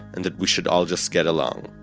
and that we should all just get along.